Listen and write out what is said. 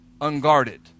unguarded